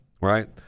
Right